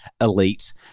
elite